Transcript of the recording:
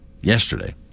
yesterday